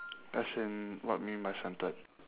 as in what mean by centred